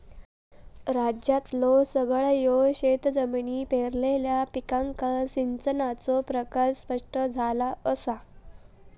राज्यातल्यो सगळयो शेतजमिनी पेरलेल्या पिकांका सिंचनाचो प्रकार स्पष्ट झाला असा